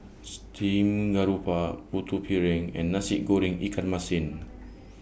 Steamed Garoupa Putu Piring and Nasi Goreng Ikan Masin